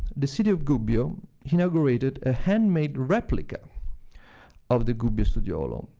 the city of gubbio inaugurated a handmade replica of the gubbio studiolo,